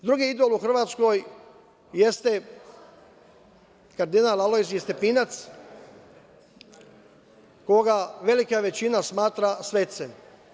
Drugi idol u Hrvatskoj jeste kardinal Alojzije Stepinac koga velika većina smatra svecem.